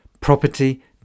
property